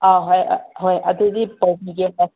ꯑꯥ ꯍꯣꯏ ꯍꯣꯏ ꯑꯗꯨꯒꯤ ꯇꯧꯕꯤꯒꯦꯅ